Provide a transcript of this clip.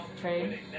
trade